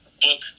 book